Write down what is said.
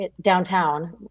downtown